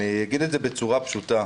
אני אגיד בצורה פשוטה,